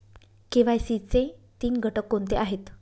KYC चे तीन घटक कोणते आहेत?